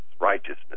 righteousness